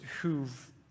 who've